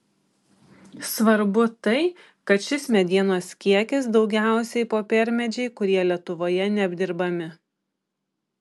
svarbu tai kad šis medienos kiekis daugiausiai popiermedžiai kurie lietuvoje neapdirbami